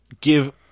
give